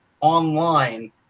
online